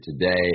today